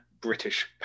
British